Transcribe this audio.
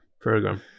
program